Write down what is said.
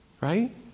right